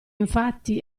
infatti